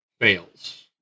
fails